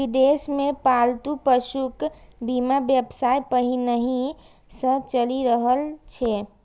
विदेश मे पालतू पशुक बीमा व्यवसाय पहिनहि सं चलि रहल छै